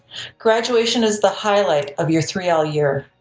graduation is the highlight of your three l year,